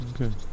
okay